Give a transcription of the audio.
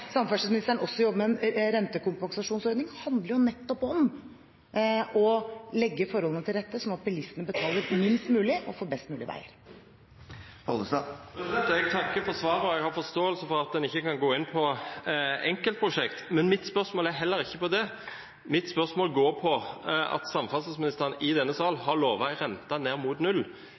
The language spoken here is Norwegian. samferdselsministeren også jobber med en rentekompensasjonsordning, handler det nettopp om å legge forholdene til rette, slik at bilistene betaler minst mulig og får best mulig veier. Jeg takker for svaret, og jeg har forståelse for at en ikke kan gå inn på enkeltprosjekter. Men mitt spørsmål går heller ikke på det. Mitt spørsmål går på at samferdselsministeren i denne sal har lovet en rente ned mot null,